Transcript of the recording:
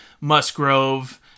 Musgrove